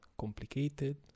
complicated